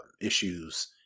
issues